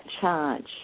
charge